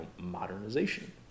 modernization